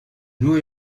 new